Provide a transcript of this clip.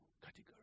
category